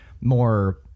more